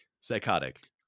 psychotic